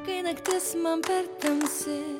kai naktis man per tamsi